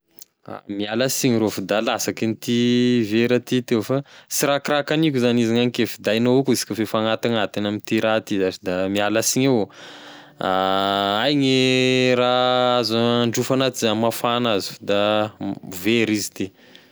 Miala signy rô fa da lasaky ity vera ty teo sy raha koa raha kaniko zany izy gnanike fa da haignao avao koa isika f'efa agnatignatigny amty raha ty zash da miala siny avao, aia gne raha azo handrofa anazy hamafa anazy fa de very izy ty.